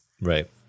Right